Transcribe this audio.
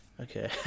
Okay